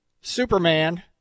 Superman